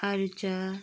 आरुचा